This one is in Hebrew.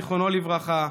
זיכרונו לברכה,